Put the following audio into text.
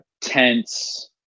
tense